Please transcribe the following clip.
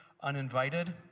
uninvited